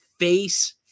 face